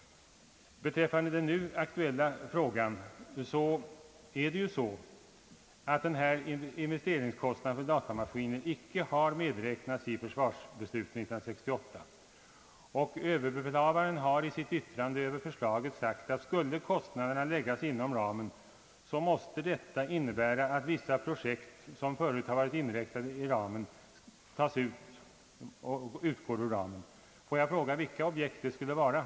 Vad gäller den aktuella frågan förhåller det sig så, att investeringskostnaden för datamaskiner icke medräknades i 1968 års försvarsbeslut. Överbefälhavaren har i sitt yttrande över förslaget sagt att om kostnaderna skulle läggas inom ramen måste det innebära att vissa projekt, som förut har varit inräknade i ramen, utgår ur denna. Får jag fråga: Vilka objekt skall det bli?